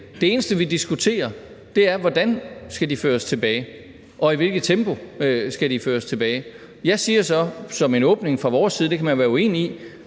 Det eneste, vi diskuterer, er, hvordan de skal føres tilbage, og i hvilket tempo skal de føres tilbage. Jeg siger så som en åbning fra vores side – det kan man være uenig i